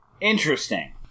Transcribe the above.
interesting